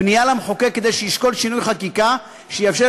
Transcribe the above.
פנייה למחוקק כדי שישקול שינוי חקיקה שיאפשר